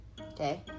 Okay